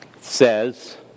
Says